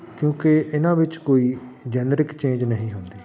ਕਿਉਂਕਿ ਇਹਨਾਂ ਵਿੱਚ ਕੋਈ ਜੈਨੇਰਿਕ ਚੇਂਜ ਨਹੀਂ ਹੁੰਦੀ